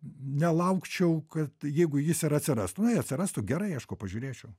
nelaukčiau kad jeigu jis ir atsirast nu jei atsirastų gerai aišku pažiūrėčiau